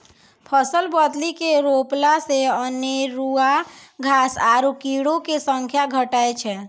फसल बदली के रोपला से अनेरूआ घास आरु कीड़ो के संख्या घटै छै